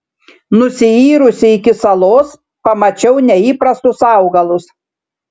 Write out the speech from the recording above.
nusiyrusi iki salos pamačiau neįprastus augalus